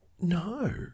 No